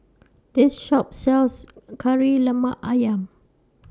This Shop sells Kari Lemak Ayam